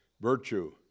virtue